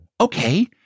okay